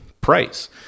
price